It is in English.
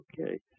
Okay